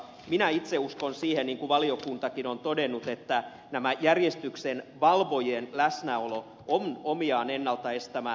minä itse uskon siihen niin kuin valiokuntakin on todennut että näiden järjestyksenvalvojien läsnäolo on omiaan ennalta estämään häiriötilanteita